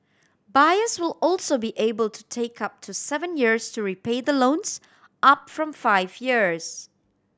buyers will also be able to take up to seven years to repay the loans up from five years